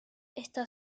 está